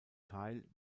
teil